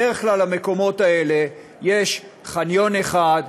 בדרך כלל במקומות האלה יש חניון אחד,